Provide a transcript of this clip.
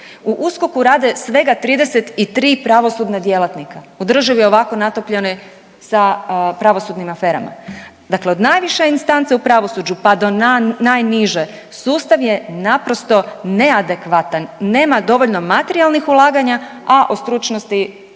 USKOK-u rade svega 33 pravosudna djelatnika, u državi ovako natopljenoj sa pravosudnim aferama. Dakle od najviše instance u pravosuđu, pa do najniže sustav je naprosto neadekvatan, nema dovoljno materijalnih ulaganja, a o stručnosti